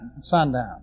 sundown